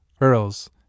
earls